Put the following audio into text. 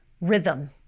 rhythm